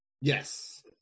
Yes